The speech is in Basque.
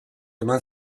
eman